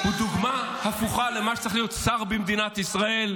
הוא דוגמה הפוכה למה שצריך להיות שר במדינת ישראל.